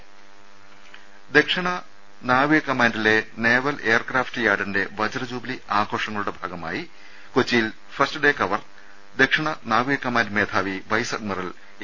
കൊച്ചി ദക്ഷിണ കമാന്റിലെ naval aircraft യാർഡിന്റെ വജ്ര ജൂബിലി ആഘോഷങ്ങളുടെ ഭാഗമായി ഫസ്റ്റ് ഡ് കവർ ദക്ഷിണ നാവിക കമാന്റ് മേധാവി വൈസ് അഡ്മിറൽ എ